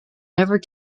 never